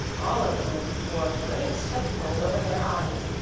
all of whom wore great spectacles over their eyes,